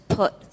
put